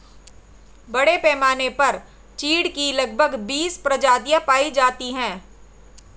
बड़े पैमाने पर चीढ की लगभग बीस प्रजातियां पाई जाती है